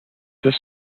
this